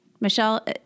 Michelle